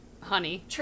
Honey